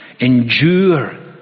Endure